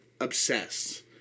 Obsessed